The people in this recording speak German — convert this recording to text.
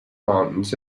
mountains